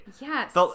Yes